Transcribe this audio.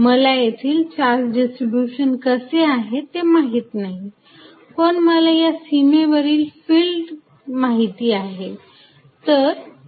मला येथील charge distribution कसे आहे ते माहीत नाही पण मला या सीमेवरील फिल्ड माहिती आहे